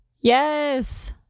Yes